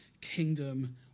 kingdom